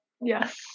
Yes